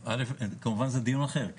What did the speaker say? התכנסנו לדיון אחד וזה דיון אחר.